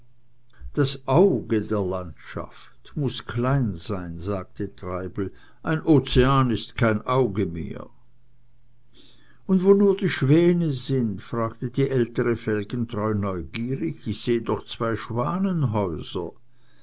das auge der landschaft muß klein sein sagte treibel ein ozean ist kein auge mehr und wo nur die schwäne sind fragte die ältere felgentreu neugierig ich sehe doch zwei schwanenhäuser